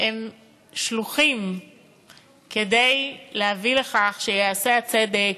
הם שלוחים כדי להביא לכך שייעשה הצדק,